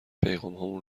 پیغامهامون